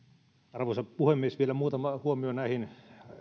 arvoisa puhemies vielä muutama huomio näihin